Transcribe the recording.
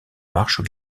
marches